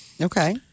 Okay